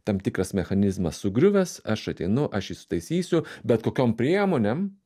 tam tikras mechanizmas sugriuvęs aš ateinu aš jį sutaisysiu bet kokiom priemonėm